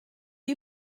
you